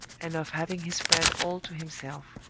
and of having his friend all to himself.